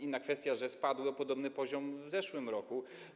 Inna kwestia, że spadły w podobnym stopniu w zeszłym roku.